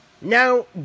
Now